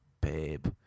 babe